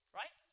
right